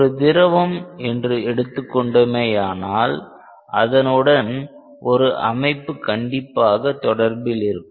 ஒரு திரவம் என்று எடுத்துக் கொண்டோமேயானால் அதனுடன் ஒரு அமைப்பு கண்டிப்பாக தொடர்பில் இருக்கும்